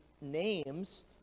names